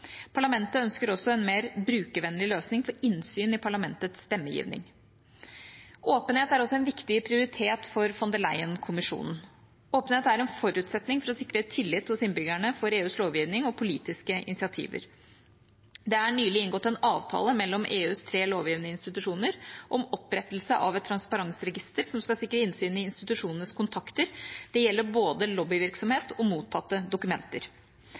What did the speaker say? Parlamentet ønsker også en mer brukervennlig løsning for innsyn i Parlamentets stemmegivning. Åpenhet er også en viktig prioritet for Von der Leyen-kommisjonen. Åpenhet er en forutsetning for å sikre tillit hos innbyggerne til EUs lovgivning og politiske initiativ. Det er nylig inngått en avtale mellom EUs tre lovgivende institusjoner om opprettelse av et transparensregister som skal sikre innsyn i institusjonenes kontakter. Det gjelder både lobbyvirksomhet og mottatte dokumenter.